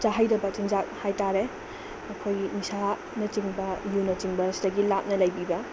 ꯆꯥꯍꯩꯗꯕ ꯆꯤꯟꯖꯥꯛ ꯍꯥꯏꯇꯥꯔꯦ ꯑꯩꯈꯣꯏꯒꯤ ꯅꯤꯁꯥꯅꯆꯤꯡꯕ ꯌꯨꯅꯆꯤꯡꯕ ꯁꯤꯗꯒꯤ ꯂꯥꯞꯅ ꯂꯩꯕꯤꯕ